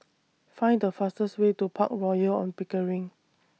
Find The fastest Way to Park Royal on Pickering